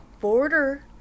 border